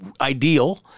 ideal